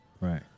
Right